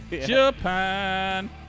Japan